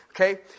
Okay